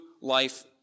life